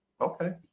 okay